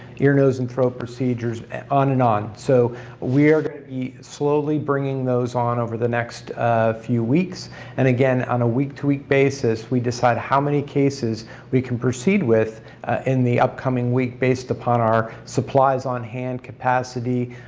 ear nose and throat procedures and on and on. so we are slowly bringing those on over the next few weeks weeks and again on a week-to-week basis we decide how many cases we can proceed with in the upcoming week based upon our supplies on hand, capacity,